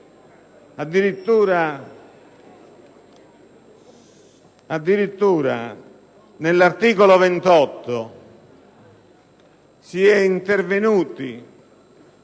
Addirittura nell'articolo 28 si è intervenuti